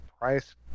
price